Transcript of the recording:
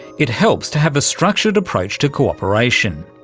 it helps to have a structured approach to cooperation.